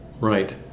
Right